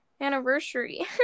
anniversary